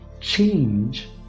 change